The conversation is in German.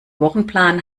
wochenplan